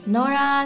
Nora